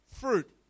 fruit